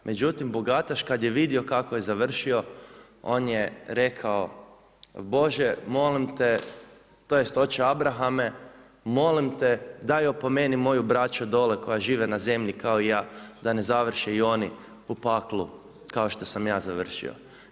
Međutim, bogataš kad je vidio kako je završio, on je rekao, Bože molim te, tj. oče Abrahame, molim te daj opomeni moju braću dole koja žive na zemlji kao i ja, da ne završe i oni u paklu, kao što sam ja završio.